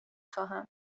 خواهم